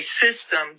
system